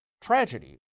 tragedy